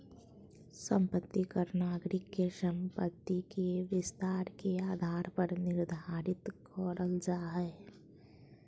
संपत्ति कर नागरिक के संपत्ति के विस्तार के आधार पर निर्धारित करल जा हय